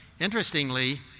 Interestingly